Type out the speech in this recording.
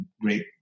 great